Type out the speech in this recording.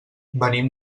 venim